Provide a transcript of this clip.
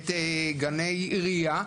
את גני עירייה,